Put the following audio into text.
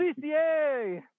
CCA